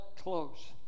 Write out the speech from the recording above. close